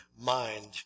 mind